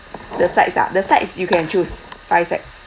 the sides ah the sides you can choose five sides